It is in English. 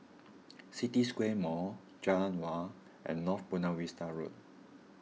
City Square Mall Jalan Awan and North Buona Vista Road